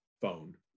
phone